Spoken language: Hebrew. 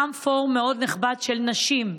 קם פורום מאוד נכבד של נשים.